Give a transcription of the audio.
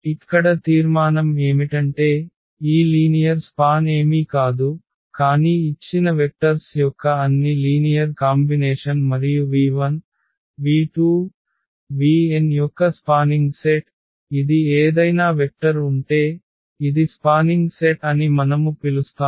ఇక్కడ తీర్మానం ఏమిటంటే ఈ లీనియర్ స్పాన్ ఏమీ కాదు కానీ ఇచ్చిన వెక్టర్స్ యొక్క అన్ని లీనియర్ కాంబినేషన్ మరియు v1v2vn యొక్క స్పానింగ్ సెట్ ఇది ఏదైనా వెక్టర్ ఉంటే ఇది స్పానింగ్ సెట్ అని మనము పిలుస్తాము